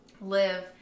live